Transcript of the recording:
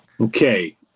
Okay